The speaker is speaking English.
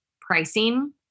pricing